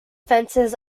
fences